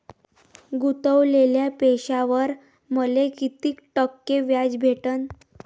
गुतवलेल्या पैशावर मले कितीक टक्के व्याज भेटन?